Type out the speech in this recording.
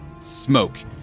smoke